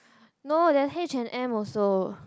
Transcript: no theres H-and-M also